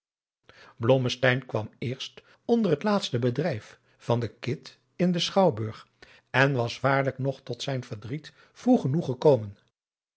kwam eerst onder het laatste adriaan loosjes pzn het leven van johannes wouter blommesteyn bedrijf van den cid in den schouwburg en was waarlijk nog tot zijn verdriet vroeg genoeg gekomen